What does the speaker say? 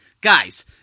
Guys